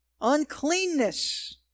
Uncleanness